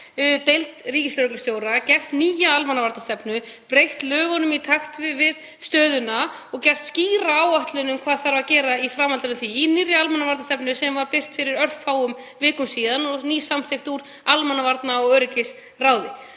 deild ríkislögreglustjóra, gert nýja almannavarnastefnu, breytt lögum í takt við stöðuna og gert skýra áætlun um hvað gera þurfi í framhaldi af því, í nýrri almannavarnastefnu sem birt var fyrir örfáum vikum og var nýlega samþykkt af almannavarna- og öryggisráði.